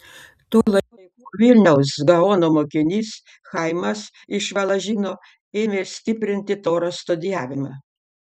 tuo laiku vilniaus gaono mokinys chaimas iš valažino ėmė stiprinti toros studijavimą